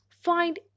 find